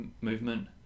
Movement